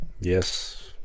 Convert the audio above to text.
yes